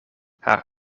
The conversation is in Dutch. haar